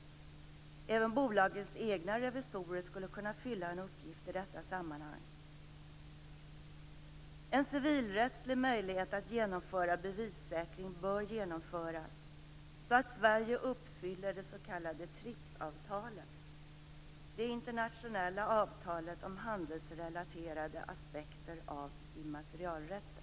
Även bolagens egna revisorer skulle kunna fylla en uppgift i detta sammanhang. En civilrättslig möjlighet att genomföra bevissäkring bör genomföras så att Sverige uppfyller det s.k. TRIPS-avtalet, det internationella avtalet om handelsrelaterade aspekter av immaterialrätter.